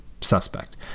suspect